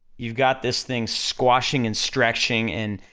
you've got this thing squashing and stretching and,